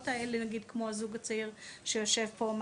האלה נגיד כמו הזוג הצעיר שיושב פה,